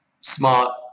smart